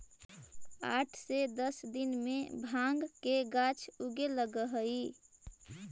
आठ से दस दिन में भाँग के गाछ उगे लगऽ हइ